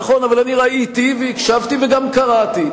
נכון, אבל אני ראיתי, והקשבתי, וגם קראתי.